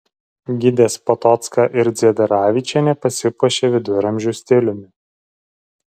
gidės potocka ir dziedravičienė pasipuošė viduramžių stiliumi